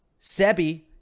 Sebi